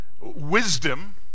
Wisdom